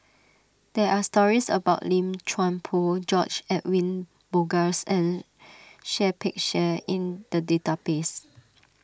there are stories about Lim Chuan Poh George Edwin Bogaars and Seah Peck Seah in the database